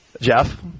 Jeff